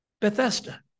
Bethesda